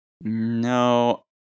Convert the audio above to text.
No